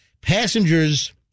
Passengers